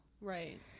Right